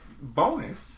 bonus